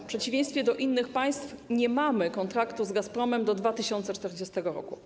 W przeciwieństwie do innych państw nie mamy kontraktu z Gazpromem do 2040 r.